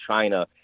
China